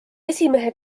esimehe